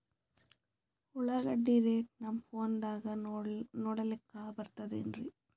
ಉಳ್ಳಾಗಡ್ಡಿ ರೇಟ್ ನಮ್ ಫೋನದಾಗ ನೋಡಕೊಲಿಕ ಬರತದೆನ್ರಿ?